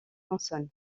consonnes